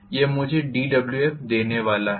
यह मुझे dWf देने वाला है